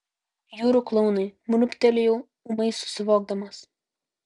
jūrų klounai murmtelėjau ūmai susivokdamas